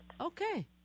Okay